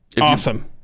Awesome